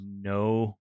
No